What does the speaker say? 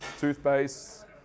toothpaste